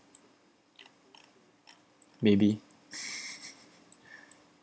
maybe